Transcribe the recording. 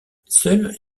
seuls